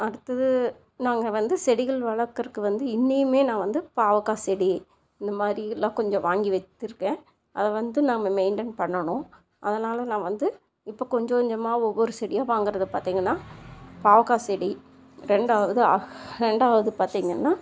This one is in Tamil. அடுத்தது நாங்கள் வந்து செடிகள் வளர்க்கறக்கு வந்து இன்னையுமே நான் வந்து பாவக்காய் செடி இந்த மாதிரி எல்லாம் கொஞ்சம் வாங்கி வச்சிருக்கேன் அதை வந்து நாம மெயின்டென் பண்ணனும் அதனால் நான் வந்து இப்போ கொஞ்சம் கொஞ்சமாக ஒவ்வொரு செடியாக வாங்கறதை பார்த்திங்கன்னா பாவக்காய் செடி ரெண்டாவதாக ரெண்டாவது பார்த்திங்கன்னா